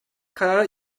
karara